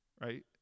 right